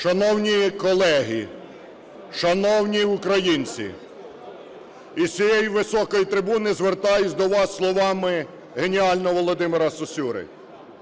Шановні колеги! Шановні українці! Із цієї високої трибуни звертаюсь до вас словами геніального Володимира Сосюри: